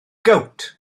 gowt